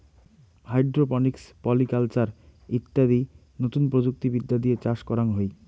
hydroponics, polyculture ইত্যাদি নতুন প্রযুক্তি বিদ্যা দিয়ে চাষ করাঙ হই